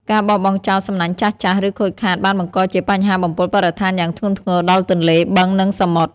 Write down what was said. ការបោះបង់ចោលសំណាញ់ចាស់ៗ ឬខូចខាតបានបង្កជាបញ្ហាបំពុលបរិស្ថានយ៉ាងធ្ងន់ធ្ងរដល់ទន្លេ បឹង និងសមុទ្រ។